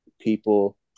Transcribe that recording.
people